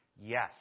Yes